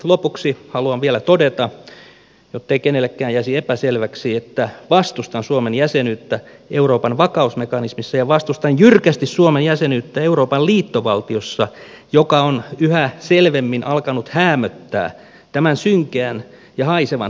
lopuksi haluan vielä todeta jottei kenellekään jäisi epäselväksi että vastustan suomen jäsenyyttä euroopan vakausmekanismissa ja vastustan jyrkästi suomen jäsenyyttä euroopan liittovaltiossa joka on yhä selvemmin alkanut häämöttää tämän synkeän ja haisevan tunnelin päässä